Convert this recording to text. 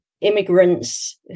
immigrants